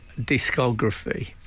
discography